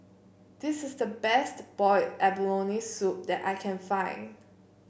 this is the best Boiled Abalone Soup that I can find